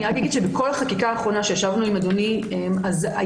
אני רק אגיד שבכל החקיקה האחרונה כשישבנו עם אדוני הייתה